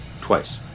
Twice